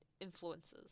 influences